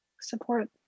support